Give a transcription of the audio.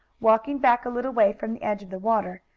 walking back a little way from the edge of the water,